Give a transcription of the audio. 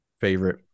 favorite